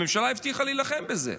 הממשלה הבטיחה להילחם בזה.